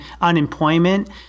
unemployment